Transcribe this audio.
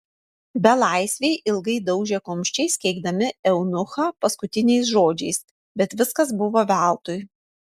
belaisviai ilgai daužė kumščiais keikdami eunuchą paskutiniais žodžiais bet viskas buvo veltui